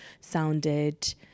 sounded